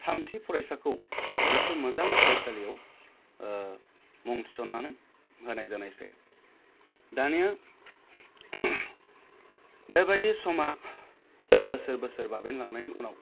थामथि फरायसाखौ गंसे मोजां फरायसालियाव मुं थिसन्नानै होनाय जानायसै दानिया बेबादि समा बोसोर बोसोर बाबेनलांनायनि उनाव